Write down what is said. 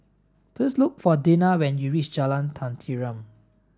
please look for Dinah when you reach Jalan Tenteram